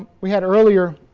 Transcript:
we had earlier.